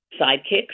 sidekicks